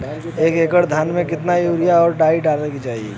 एक एकड़ धान में कितना यूरिया और डाई डाले के चाही?